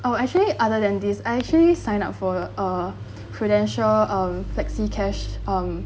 oh actually other than these I actually sign up for uh Prudential um Flexicash um